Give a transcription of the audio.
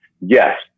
Yes